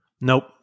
Nope